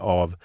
av